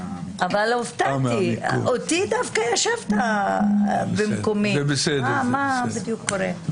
הופתעתי, אותי דווקא השבת במקומי, מה קורה בדיוק?